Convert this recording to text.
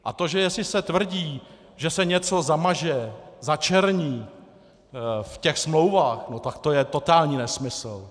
A to, že jestli se tvrdí, že se něco zamaže, začerní v těch smlouvách, tak to je totální nesmysl.